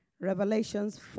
Revelations